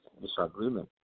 disagreement